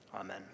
Amen